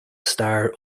stair